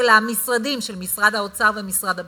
של המשרדים, של משרד האוצר ומשרד הבריאות.